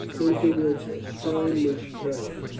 into which a stream was turned.